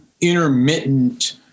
intermittent